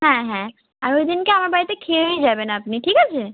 হ্যাঁ হ্যাঁ আর ওই দিনকে আমার বাড়িতে খেয়েই যাবেন আপনি ঠিক আছে